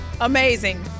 Amazing